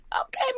okay